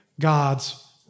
God's